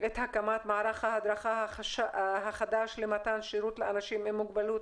את הקמת מערך ההדרכה החדש למתן שירות לאנשים עם מוגבלות,